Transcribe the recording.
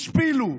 השפילו.